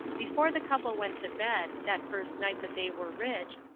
before the couple went to bed, that first night that they were rich,